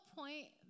point